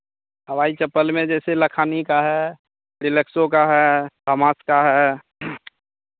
हवाई चप्पल में जैसे लखानी का है रिलेक्सो का है भमास का है